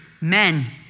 men